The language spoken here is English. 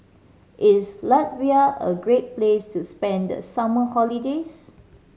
is Latvia a great place to spend the summer holidays